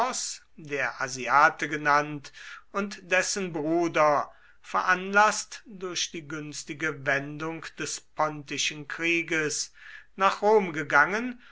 der asiate genannt und dessen bruder veranlaßt durch die günstige wendung des pontischen krieges nach rom gegangen